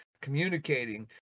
communicating